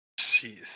Jeez